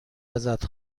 ازت